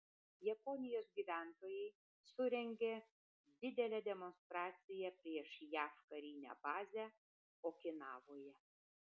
japonijos gyventojai surengė didelę demonstraciją prieš jav karinę bazę okinavoje